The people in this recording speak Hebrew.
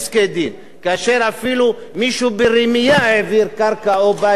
כאשר אפילו מישהו ברמייה העביר קרקע או בית למישהו,